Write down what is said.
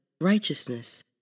righteousness